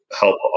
help